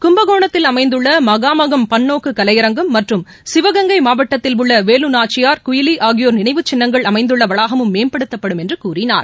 கும்பகோணத்தில் அமைந்துள்ள மகாமகம் பல்நோக்குக் கலையரங்கம் மற்றும் சிவகங்கை மாவட்டத்தில் உள்ள வேலநூச்சியார் குயிலி ஆகியோர் நினைவுச் சின்னங்கள் அமைந்துள்ள வளாகழும் மேம்படுத்தப்படும் என்று கூறினார்